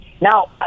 Now